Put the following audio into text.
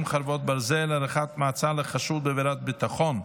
(חרבות ברזל) (הארכת מעצר לחשוד בעבירת ביטחון),